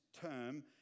term